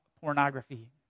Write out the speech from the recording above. pornography